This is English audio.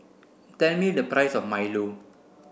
tell me the price of Milo